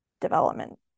development